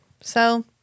So-